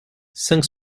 cinq